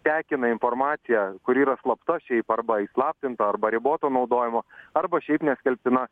tekina informaciją kuri yra slapta šiaip arba įslaptinta arba riboto naudojimo arba šiaip neskelbtina